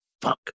fuck